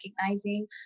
recognizing